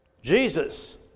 Jesus